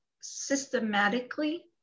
systematically